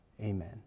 Amen